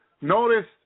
Notice